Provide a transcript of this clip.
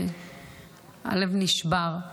והלב נשבר.